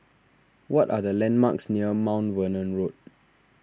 what are the landmarks near Mount Vernon Road